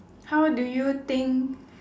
how do you think